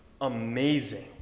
amazing